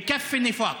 (אומר בערבית: די לצביעות.)